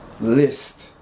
list